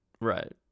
Right